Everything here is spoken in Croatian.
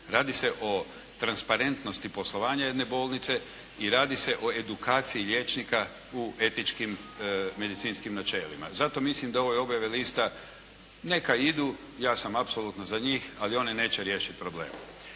radi se o transparentnosti poslovanja jedne bolnice i radi se o edukaciji liječnika u etičkim medicinskim načelima. Zato mislim da ove objave lista neka idu, ja sam apsolutno za njih, ali one neće riješiti problem.